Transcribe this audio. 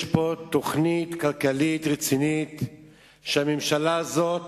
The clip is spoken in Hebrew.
יש פה תוכנית כלכלית רצינית שהממשלה הזאת,